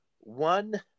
one